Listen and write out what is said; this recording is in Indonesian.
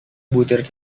butir